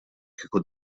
kieku